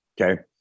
Okay